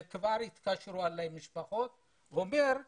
וכבר היו אלי פניות של משפחות כאלה